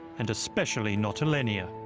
and especially not alenia.